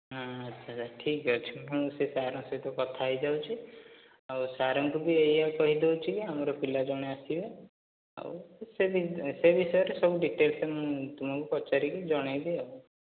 ଆଚ୍ଛା ଆଚ୍ଛା ଠିକ୍ ଅଛି ମୁଁ ସେ ସାର୍ଙ୍କ ସହିତ କଥା ହେଇଯାଉଛି ଆଉ ସାର୍ଙ୍କୁ ବି ଏୟା କହିଦେଉଛି ଯେ ଆମର ପିଲା ଜଣେ ଆସିବ ଆଉ ସେ ବିଷୟରେ ସବୁ ଡିଟେଲ୍ସ ମୁଁ ତୁମକୁ ପଚାରିକି ଜଣେଇବି ଆଉ